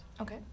okay